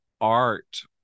art